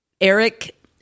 Eric